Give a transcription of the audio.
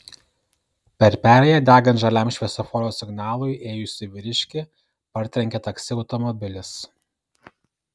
per perėją degant žaliam šviesoforo signalui ėjusį vyriškį partrenkė taksi automobilis